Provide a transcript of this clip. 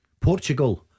Portugal